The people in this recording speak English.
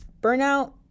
burnout